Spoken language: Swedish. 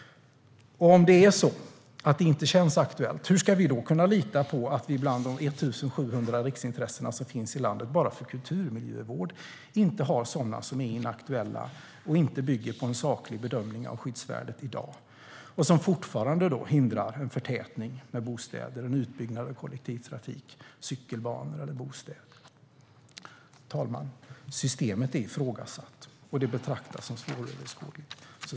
Om ett riksintresse inte känns aktuellt, hur ska vi då kunna lita på att de 1 700 riksintressen som finns i landet bara för kulturmiljövård inte innehåller sådana som är inaktuella, inte bygger på en saklig bedömning av skyddsvärdet i dag och fortfarande inte hindrar en förtätning av bostäder och utbyggnad av kollektivtrafik, cykelbanor eller bostäder? Herr talman! Systemet är ifrågasatt, och det betraktas som svåröverskådligt.